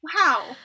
Wow